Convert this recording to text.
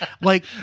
Like-